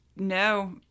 No